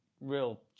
real